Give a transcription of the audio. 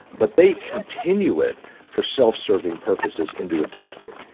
but they continue it for self-serving purposes into adulthood.